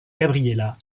gabriella